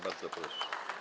Bardzo proszę.